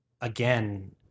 again